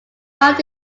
found